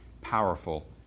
powerful